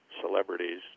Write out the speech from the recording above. celebrities